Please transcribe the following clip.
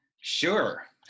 Sure